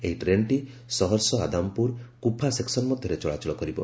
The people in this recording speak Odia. ଏହି ଟ୍ରେନ୍ଟି ସହର୍ଷ ଆଦାମ୍ପୁର କୁଫା ସେକ୍ୱନ ମଧ୍ୟରେ ଚଳାଚଳ କରିବ